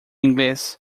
inglês